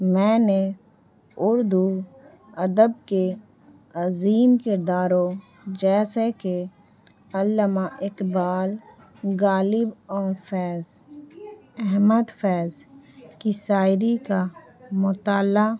میں نے اردو ادب کے عظیم کرداروں جیسے کہ عامہ اقبال غالب اور فیض احمد فیض کی ساعری کا مطالعہ